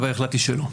אבל החלטתי שלא.